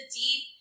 deep